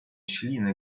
śliny